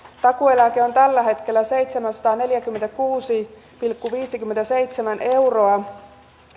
takuueläke on tällä hetkellä seitsemänsataaneljäkymmentäkuusi pilkku viisikymmentäseitsemän euroa